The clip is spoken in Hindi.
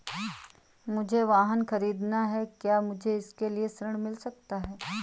मुझे वाहन ख़रीदना है क्या मुझे इसके लिए ऋण मिल सकता है?